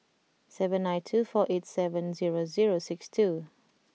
seven nine two four eight seven zero zero six two